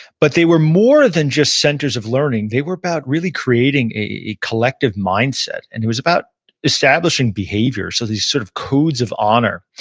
but they were more than just centers of learning. they were about really creating a collective mindset, and it was about establishing behavior, so these sort of codes of honor.